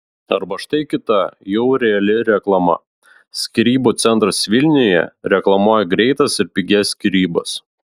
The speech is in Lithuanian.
arba štai kita jau reali reklama skyrybų centras vilniuje reklamuoja greitas ir pigias skyrybas